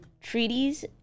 treaties